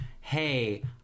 hey